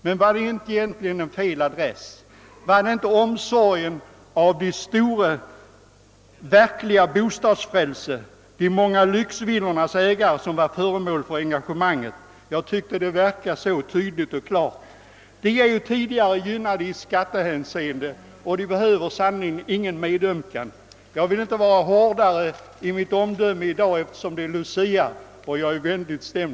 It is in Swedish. Men var egentligen inte adressen fel? Var det inte det verkliga bostadsfrälset, ägarna till de många lyxvillorna, som var föremål för engagemanget? Jag tyckte att det framgick alldeles tydligt. Dessa villaägare är tidigare gynnade i skattehänseende och behöver sannerligen ingen medömkan. Jag vill inte vara hårdare i mitt omdöme i dag, eftersom det är Lucia och jag är vänligt stämd.